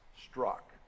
struck